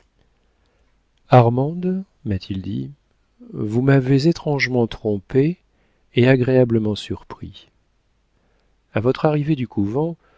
armande m'a-t-il dit vous m'avez étrangement trompé et agréablement surpris a votre arrivée du couvent